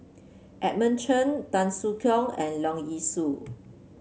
Edmund Cheng Tan Soo Khoon and Leong Yee Soo